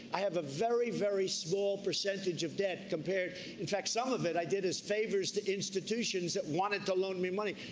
i have a very, very small percentage of debt compared in fact some of it, i did as favors to institutions that wanted to loan me money.